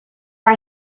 are